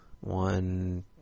One